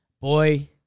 Boy